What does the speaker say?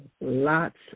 lots